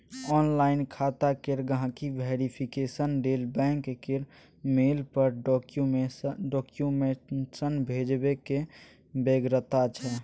online खाता केर गांहिकी वेरिफिकेशन लेल बैंक केर मेल पर डाक्यूमेंट्स भेजबाक बेगरता छै